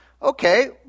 Okay